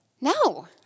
No